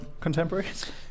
contemporaries